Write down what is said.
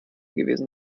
gewesen